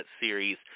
series